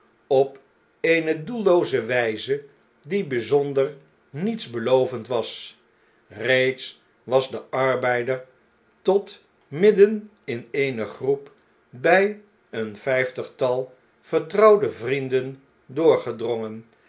op eene doellooze wijze die bjjzonder nietsbelovend was reeds was de arbeider tot midden in eene groep bjj een vjjftigtal vertrouwde vrienden doorgedrongen